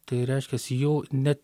tai reiškiasi jau ne